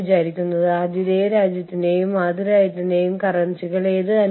HR പ്രവർത്തനത്തിനുള്ളിൽ ആഗോള ശേഷികളും കഴിവുകളും മെച്ചപ്പെടുത്തുന്നു